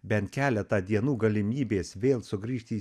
bent keletą dienų galimybės vėl sugrįžti į